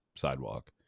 Sidewalk